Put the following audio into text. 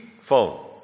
phone